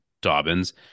Dobbins